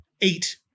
eight